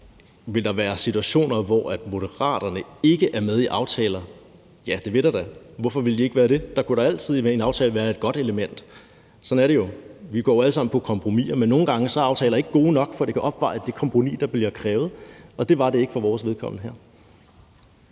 om. Vil der være situationer, hvor Moderaterne ikke er med i aftaler? Ja, det vil der da. Hvorfor vil de ikke være det? Der kunne da i en aftale altid være et godt element, men sådan er det jo. Vi går jo alle sammen på kompromis, men nogle gange er aftaler ikke gode nok, for at det kan opveje det kompromis, der bliver krævet, og det var det ikke for vores vedkommende her.